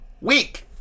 week